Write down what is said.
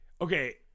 Okay